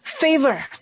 favor